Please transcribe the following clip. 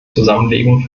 zusammenlegung